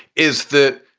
is that.